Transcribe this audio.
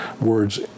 words